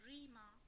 Rima